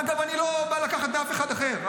אגב, אני לא בא לקחת מאף אחד אחר.